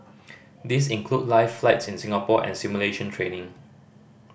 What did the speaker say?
these include live flights in Singapore and simulation training